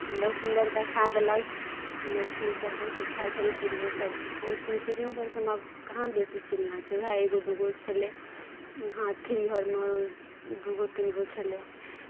बड़ सुन्दर देखा देलक मछलीसभ बहुत अच्छा छल चिड़ियोसभ बहुत नीक चिड़ियोघर सभमे आब कहाँ बेसी चिड़िया छै तऽ उएह एगो दूगो छलय हाथी घरमे दूगो तीन गो छलय